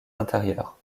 intérieurs